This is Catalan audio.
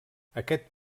aquest